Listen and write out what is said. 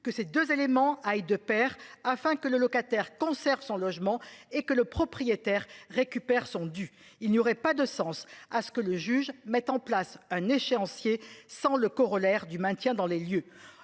que ces 2 éléments aillent de Pair, afin que le locataire conserve son logement et que le propriétaire récupère son dû. Il n'y aurait pas de sens à ce que le juge met en place un échéancier sans le corollaire du maintien dans les lieux